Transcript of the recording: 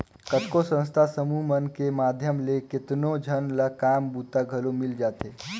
कतको संस्था समूह मन के माध्यम ले केतनो झन ल काम बूता घलो मिल जाथे